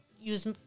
use